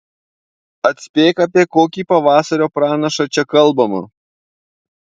atspėk apie kokį pavasario pranašą čia kalbama